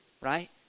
right